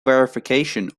verification